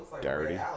Dirty